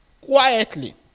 quietly